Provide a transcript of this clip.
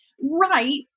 Right